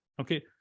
Okay